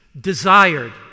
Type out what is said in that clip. desired